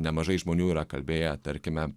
nemažai žmonių yra kalbėję tarkime